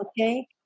okay